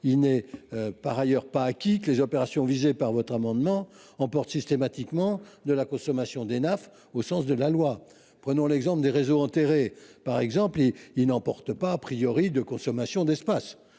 il n’est pas acquis que les opérations visées par votre amendement emportent systématiquement de la consommation d’Enaf au sens de la loi. Prenons l’exemple des réseaux enterrés : ils ne supposent pas,, de consommation d’espace,